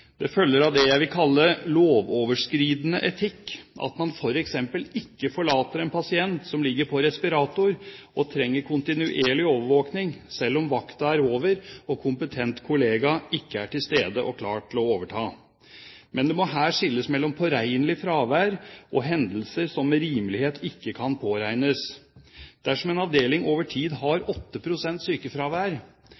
Det følger av det jeg vil kalle lovoverskridende etikk at man f.eks. ikke forlater en pasient som ligger i respirator og trenger kontinuerlig overvåkning, selv om vakten er over, og kompetent kollega ikke er til stede og klar til å overta. Men det må her skilles mellom påregnelig fravær og hendelser som med rimelighet ikke kan påregnes. Dersom en avdeling over tid har